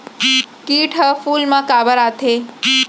किट ह फूल मा काबर आथे?